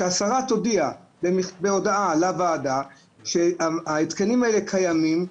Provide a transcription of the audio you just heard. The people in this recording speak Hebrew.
ששר התחבורה יודיע לוועדה שההתקנים האלה קיימים,